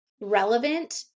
relevant